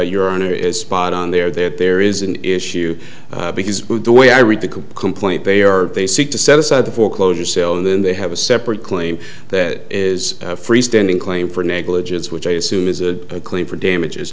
is spot on there that there is an issue because the way i read the complaint they are they seek to set aside the foreclosure sale and then they have a separate claim that is free standing claim for negligence which i assume is a claim for damages